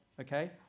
Okay